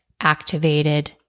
activated